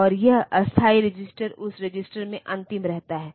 तो वे वास्तव में कण्ट्रोल बसका गठन कर रहे हैं